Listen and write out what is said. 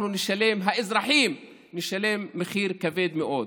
אנחנו האזרחים נשלם מחיר כבד מאוד.